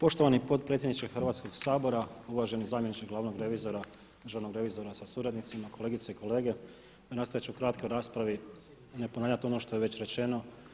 Poštovani potpredsjedniče Hrvatskog sabora, uvaženi zamjeniče glavnog revizora, državnog revizora sa suradnicima, kolegice i kolege evo nastojat ću u kratkoj raspravi ne ponavljat ono što je već rečeno.